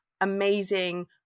amazing